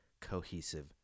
cohesive